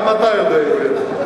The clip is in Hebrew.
גם אתה יודע עברית.